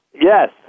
Yes